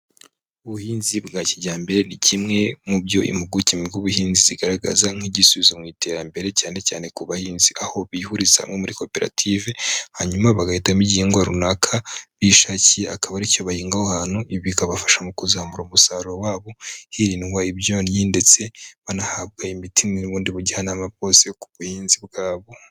Ubuhinzi bwa kijyambere ni kimwe mu byo impuguke mu bw'ubuhinzi zigaragaza nk'igisubizo mu iterambere cyane cyane ku bahinzi, aho bihuriza muri koperative, hanyuma bagahitamo igihehingwa runaka bishakiye, akaba ari cyo bahinga aho hantu, ibi bikabafasha mu kuzamura umusaruro wabo, hirindwa ibyonnyi ndetse banahabwa imiti n'ubundi bujyanama bwose ku buhinzi bwabo.